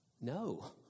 No